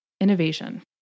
innovation